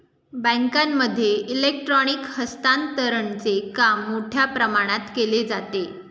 बँकांमध्ये इलेक्ट्रॉनिक हस्तांतरणचे काम मोठ्या प्रमाणात केले जाते